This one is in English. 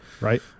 Right